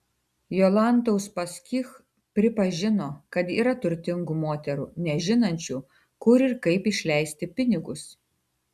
jolanta uspaskich pripažino kad yra turtingų moterų nežinančių kur ir kaip išleisti pinigus